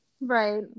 right